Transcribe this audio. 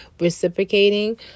reciprocating